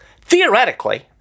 theoretically